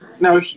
now